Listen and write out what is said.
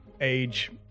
Age